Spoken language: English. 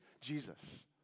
Jesus